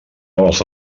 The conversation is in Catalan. els